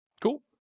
Cool